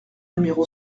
numéro